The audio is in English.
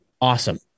Awesome